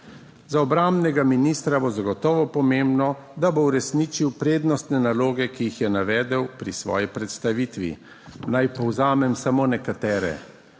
Za obrambnega ministra bo zagotovo pomembno, da bo uresničil prednostne naloge, ki jih je navedel pri svoji predstavitvi. Naj povzamem samo nekatere.